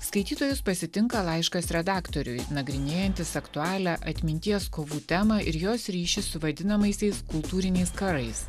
skaitytojus pasitinka laiškas redaktoriui nagrinėjantis aktualią atminties kovų temą ir jos ryšį su vadinamaisiais kultūriniais karais